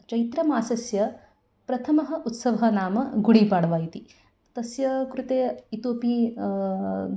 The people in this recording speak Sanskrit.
चैत्रमासस्य प्रथमः उत्सवः नाम गुडिपाड्वा इति तस्य कृते इतोऽपि